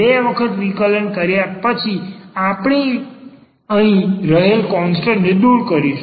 બે વખત વિકલન કર્યા પછી આપણે અહી રહેલ કોન્સટન્ટને દૂર કરીશું